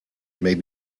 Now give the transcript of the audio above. may